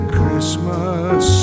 Christmas